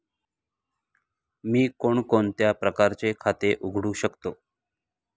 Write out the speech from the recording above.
मी कोणकोणत्या प्रकारचे खाते उघडू शकतो?